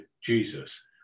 jesus